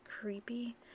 creepy